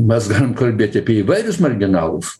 mes galim kalbėti apie įvairius marginalus